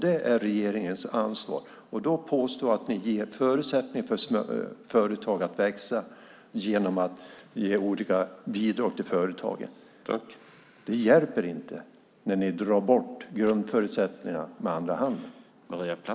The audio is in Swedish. Det är regeringens ansvar. Att påstå att ni ger förutsättningar för företag att växa genom att ge olika bidrag till företagen hjälper inte när ni med andra handen drar bort grundförutsättningarna.